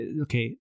okay